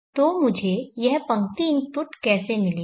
तो मुझे यह पंक्ति इनपुट कैसे मिलेगी